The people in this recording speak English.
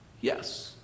yes